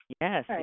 Yes